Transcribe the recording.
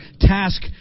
task